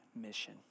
mission